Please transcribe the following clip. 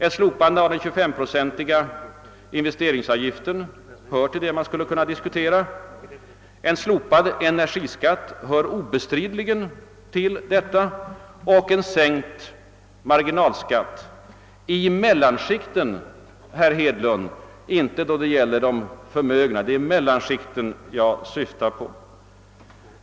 Ett slopande av den 25-procentiga investeringsavgiften hör till det man skulle kunna diskutera, liksom en slopad energiskatt och en sänkt marginalskatt i mellanskikten — inte då det gäller de förmögna, herr Hedlund, det är mellanskikten jag syftar på.